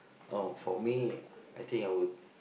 oh for me I think I would